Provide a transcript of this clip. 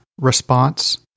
response